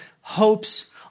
hopes